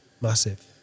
massive